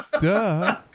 Duh